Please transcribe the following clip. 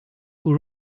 who